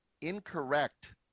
incorrect